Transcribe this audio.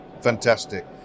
Fantastic